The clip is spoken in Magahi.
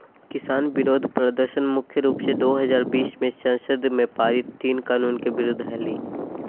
किसान विरोध प्रदर्शन मुख्य रूप से दो हजार बीस मे संसद में पारित तीन कानून के विरुद्ध हलई